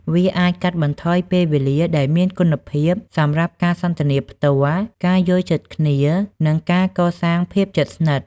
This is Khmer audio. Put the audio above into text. វាអាចកាត់បន្ថយពេលវេលាដែលមានគុណភាពសម្រាប់ការសន្ទនាផ្ទាល់ ការយល់ចិត្តគ្នា និងការកសាងភាពជិតស្និទ្ធ។